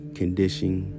conditioning